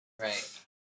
right